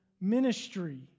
ministry